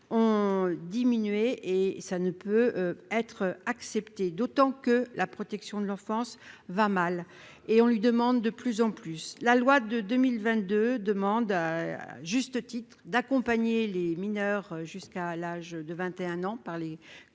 ont diminué, et ça ne peut être acceptée, d'autant que la protection de l'enfance va mal et on lui demande de plus en plus, la loi de 2022 demandent à juste titre d'accompagner les mineurs jusqu'à l'âge de 21 ans par les